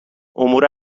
امور